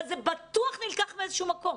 אבל זה בטוח נלקח מאיזשהו מקום.